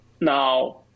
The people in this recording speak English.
now